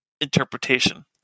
interpretation